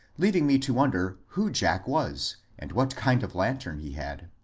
leaving me to wonder who jack was, and what kind of lantern he had.